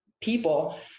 people